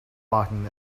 locking